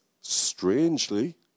strangely